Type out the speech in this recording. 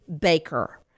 Baker